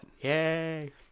Yay